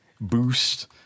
boost